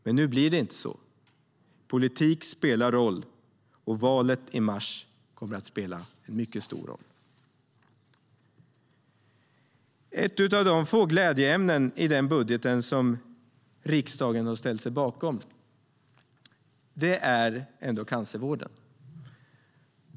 Men nu blir det inte så. Politik spelar roll, och valet i mars kommer att spela en mycket stor roll. Ett av de få glädjeämnena i den budget som riksdagen har ställt sig bakom är ändå cancervården.